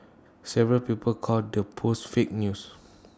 several people called the post fake news